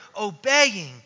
obeying